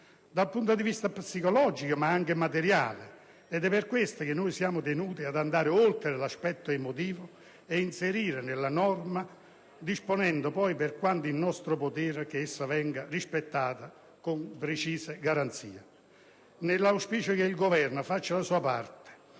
dal punto di vista psicologico ma anche materiale; per questo siamo tenuti ad andare oltre l'aspetto emotivo e ad inserire la norma disponendo, per quanto in nostro potere, che essa venga rispettata con precise garanzie. Nell'auspicio che il Governo faccia la sua parte